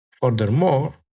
Furthermore